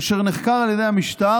אשר נחקר על ידי המשטרה